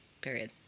Period